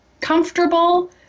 comfortable